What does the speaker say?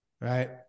right